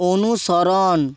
অনুসরণ